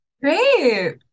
Great